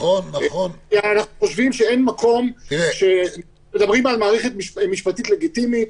מדברים על מערכת משפטית לגיטימית